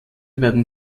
werden